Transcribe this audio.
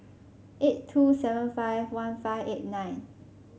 eight two seven five one five eight nine